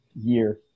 year